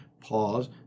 pause